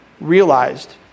realized